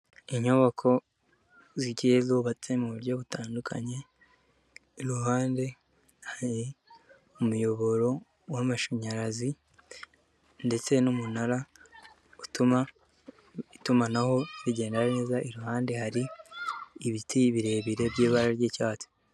Inyubako zigiye zubatse mu buryo butandukanye, iruhande hari umuyoboro w'amashanyarazi, ndetse n'umunara utuma itumanaho rigenda neza iruhande hari ibiti birebire by'ibara ry'icyatsi.